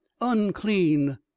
unclean